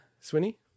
swinny